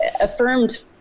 affirmed